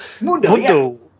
Mundo